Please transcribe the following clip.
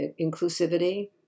inclusivity